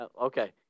Okay